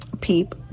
peep